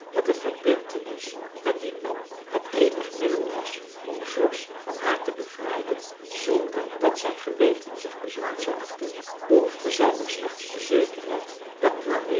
dat een verbintenis met dien man het eenig middel was om george van haar te bevrijden zonder dat zijn geweten zich bezwaard zou achten behoefde zij nog slechts de zekerheid dat